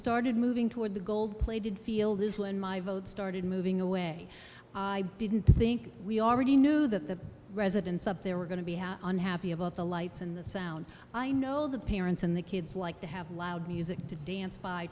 started moving toward the gold plated field started moving away i didn't think we already knew that the residents up there were going to be unhappy about the lights and the sound i know the parents and the kids like to have loud music to dance